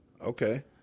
Okay